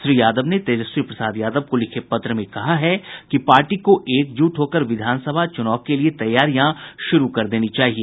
श्री यादव ने तेजस्वी प्रसाद यादव को लिखे पत्र में कहा है कि पार्टी को एक जुट होकर विधानसभा चुनाव के लिए तैयारियां शुरू कर देनी चाहिए